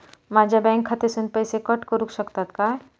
माझ्या बँक खात्यासून पैसे कट करुक शकतात काय?